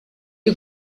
you